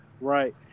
Right